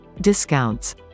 Discounts